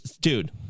Dude